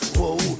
Whoa